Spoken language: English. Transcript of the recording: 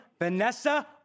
Vanessa